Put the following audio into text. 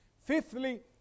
Fifthly